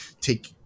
take